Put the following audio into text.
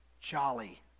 Jolly